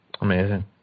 amazing